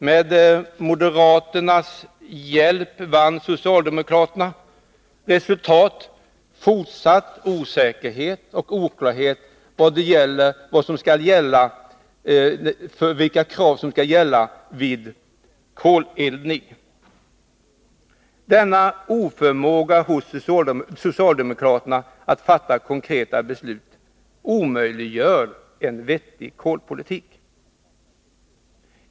Med moderaternas hjälp vann socialdemokraterna. Resultat: Fortsatt osäkerhet och oklarhet avseende vilka krav som skall gälla vid koleldning. Denna oförmåga hos socialdemokraterna att fatta konkreta beslut omöjliggör en vettig kolpolitik.